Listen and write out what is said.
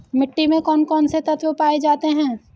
मिट्टी में कौन कौन से तत्व पाए जाते हैं?